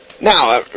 Now